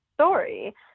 story